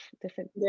different